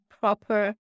proper